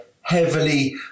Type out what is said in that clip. heavily